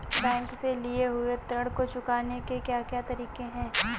Bank से लिए हुए ऋण को चुकाने के क्या क्या तरीके हैं?